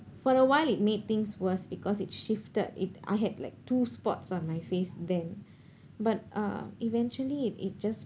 for a while it made things worse because it shifted it I had like two spots on my face then but uh eventually it it just